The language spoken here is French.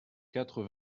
quatre